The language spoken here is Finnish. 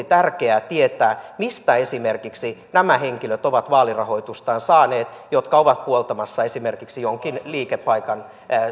tärkeää tietää mistä esimerkiksi nämä henkilöt ovat vaalirahoitustaan saaneet jotka ovat puoltamassa esimerkiksi jonkin liikepaikan